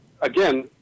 again